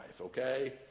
okay